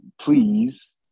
please